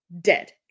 dead